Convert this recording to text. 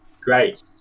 Great